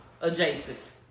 adjacent